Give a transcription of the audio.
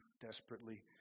desperately